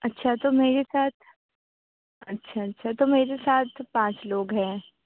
اچھا تو میرے ساتھ اچھا اچھا تو میرے ساتھ پانچ لوگ ہیں